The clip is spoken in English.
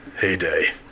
heyday